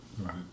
Right